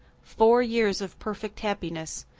four years of perfect happiness,